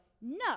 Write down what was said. no